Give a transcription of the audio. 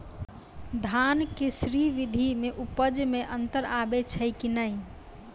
धान के स्री विधि मे उपज मे अन्तर आबै छै कि नैय?